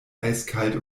eiskalt